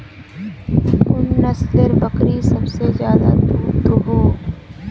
कुन नसलेर बकरी सबसे ज्यादा दूध दो हो?